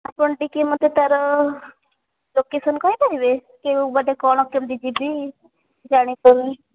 ଆପଣ ଟିକେ ମୋତେ ତା'ର ଲୋକେସନ୍ କହିପାରିବେ କେଉଁ ବାଟେ କ'ଣ କେମତି ଯିବି ଜାଣିପାରୁନି